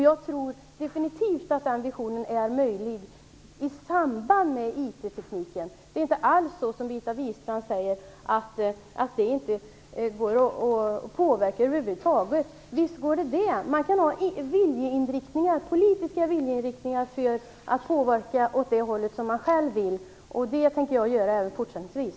Jag tror definitivt att den visionen är möjlig i samband med informationstekniken. Det är inte alls så, som Birgitta Wistrand säger, att det över huvud taget inte går att påverka. Visst gör det det! Man kan ha en politisk viljeinriktning för att påverka åt det håll som man själv vill. Det tänker jag göra även fortsättningsvis.